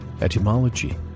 etymology